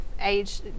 age